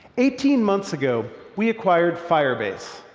eighteen months ago we acquired firebase,